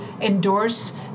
endorse